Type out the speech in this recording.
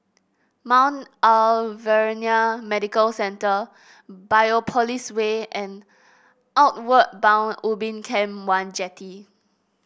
Mount Alvernia Medical Centre Biopolis Way and Outward Bound Ubin Camp one Jetty